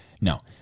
no